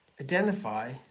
Identify